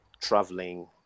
traveling